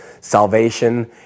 salvation